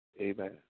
amen